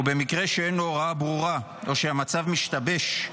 ובמקרה שאין הוראה ברורה או שהמצב משתבש,